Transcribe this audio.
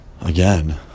again